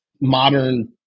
modern